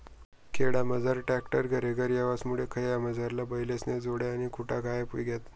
खेडामझार ट्रॅक्टर घरेघर येवामुये खयामझारला बैलेस्न्या जोड्या आणि खुटा गायब व्हयी गयात